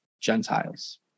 Gentiles